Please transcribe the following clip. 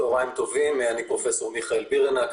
אני פרופ' מיכאל בירנהק,